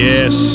Yes